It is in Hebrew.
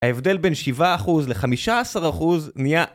ההבדל בין 7% ל-15% נהיה...